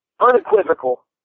unequivocal